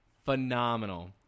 phenomenal